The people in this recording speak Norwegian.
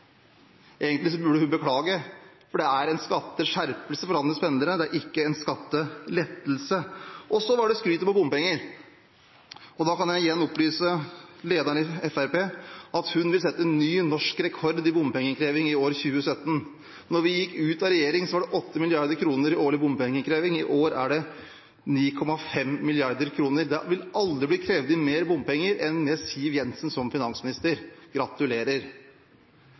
burde hun beklage, for det er en skatteskjerpelse for landets pendlere, det er ikke en skattelettelse. Og så er det skrytet om bompenger. Da kan jeg igjen opplyse lederen i Fremskrittspartiet om at hun vil sette ny norsk rekord i bompengeinnkreving i år 2017. Da vi gikk ut av regjering, var det 8 mrd. kr i årlig bompengeinnkreving. I år er det 9,5 mrd. kr. Det vil aldri bli krevd inn mer bompenger enn med Siv Jensen som finansminister – gratulerer!